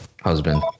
husband